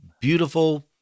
beautiful